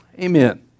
Amen